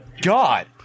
God